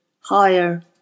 higher